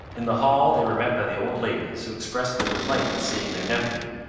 in the hall they were met by the old ladies, who expressed their delight at seeing their nephew,